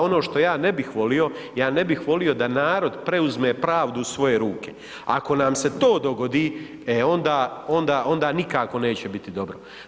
Ono što ja ne bih volio, ja ne bih volio da narod preuzme pravdu u svoje ruke, ako nam se to dogodi, e onda, onda nikako neće biti dobro.